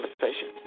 conversation